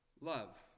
love